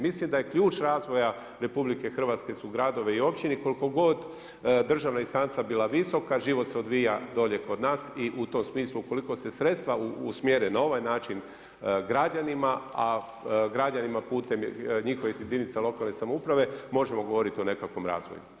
Mislim da je ključ razvoja RH su gradovi i općine koliko god državna instanca bila visoka, život se odvija dolje kod nas i u tom smislu ukoliko se sredstva usmjere na ovaj način građanima a građanima putem njihovih jedinica lokalne samouprave možemo govoriti o nekakvom razvoju.